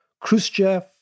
Khrushchev